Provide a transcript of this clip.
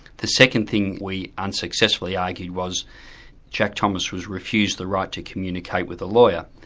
the second thing we unsuccessfully argued was jack thomas was refused the right to communicate with a lawyer.